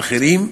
ואחרים,